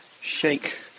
shake